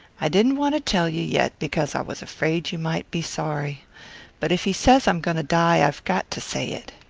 i didn't want to tell you yet because i was afraid you might be sorry but if he says i'm going to die i've got to say it.